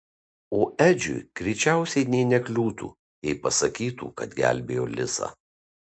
o edžiui greičiausiai nė nekliūtų jei pasakytų kad gelbėjo lisą